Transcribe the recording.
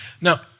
Now